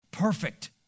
Perfect